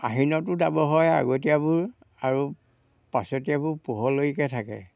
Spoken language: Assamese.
আহিনতো দাব হয় আগতীয়াবোৰ আৰু পাছতীয়াবোৰ পোহলৈকে থাকে